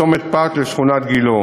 צומת פת ושכונת גילה.